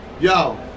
Yo